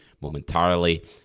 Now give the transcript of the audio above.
momentarily